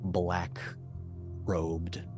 black-robed